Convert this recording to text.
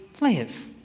live